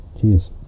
Cheers